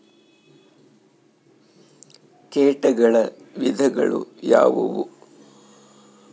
ಕೇಟಗಳ ವಿಧಗಳು ಯಾವುವು?